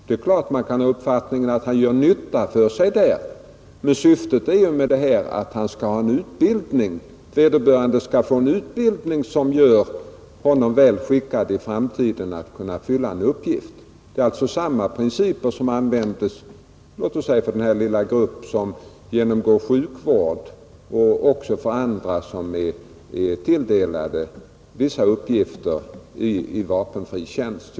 Det är klart att man kan ha uppfattningen att han gör nytta för sig där, men syftet är att han skall få en utbildning som gör honom väl skickad att fylla en uppgift i framtiden. Här gäller alltså samma princip som tillämpas i fråga om dem som tilldelats andra uppgifter i vapenfri tjänst, t.ex. den lilla grupp som genomgår sjukvårdsutbildning.